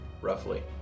roughly